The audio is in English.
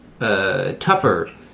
Tougher